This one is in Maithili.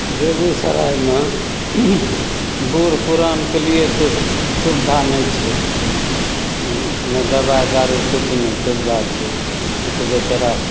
बेगूसरायमे बूढ़ पुरानके लिए तऽ सुविधा नहि छै नहि दवाइ दारू किछु नहि सुविधा छै ओ तऽ बेचारा